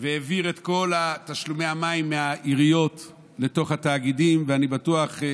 והעביר את כל תשלומי המים מהעיריות לתאגידים ואני בטוח,